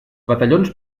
batallons